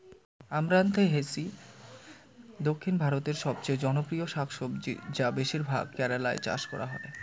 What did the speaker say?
আমরান্থেইসি দক্ষিণ ভারতের সবচেয়ে জনপ্রিয় শাকসবজি যা বেশিরভাগ কেরালায় চাষ করা হয়